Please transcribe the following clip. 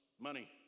money